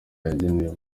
yagenewe